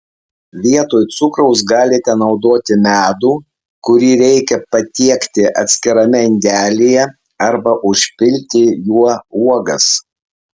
vietoj cukraus galite naudoti medų kurį reikia patiekti atskirame indelyje arba užpilti juo uogas